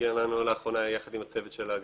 שהגיע אלינו לאחרונה יחד עם הצוות של המשרד